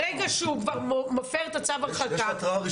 ברגע שהוא מפר את צו ההרחקה --- יש התראה ראשונה.